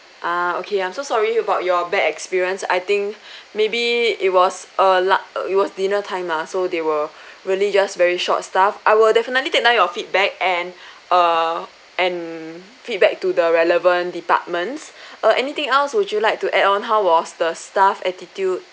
ah okay I'm so sorry about your bad experience I think maybe it was a lu~ uh it was dinner time ah so they were really just very short staff I will definitely take down your feedback and err and feedback to the relevant departments uh anything else would you like to add on how was the staff attitude